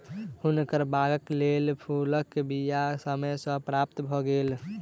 हुनकर बागक लेल फूलक बीया समय सॅ प्राप्त भ गेल